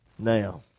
Now